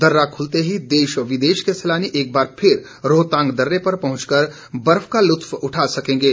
दर्रा खुलते ही देश विदेश के सैलानी एक बार फिर रोहतांग दर्रे पर पहुंचकर बर्फ का लुत्फ उठा सकेंगे